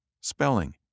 spelling